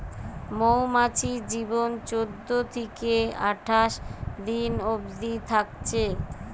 মৌমাছির জীবন চোদ্দ থিকে আঠাশ দিন অবদি থাকছে